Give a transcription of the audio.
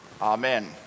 Amen